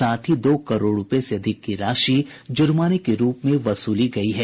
साथ ही दो करोड़ रुपये से अधिक की रशि जुर्माने के रूप में वसूली जा चुकी है